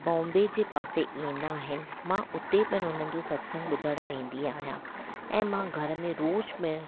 बॉम्बे जे पासे ईंदा आहिनि मां उते पहिरियों हुननि जो सतसंगु ॿुधणु वेंदी आहियां ऐं मां घर में रोज़ु पिणु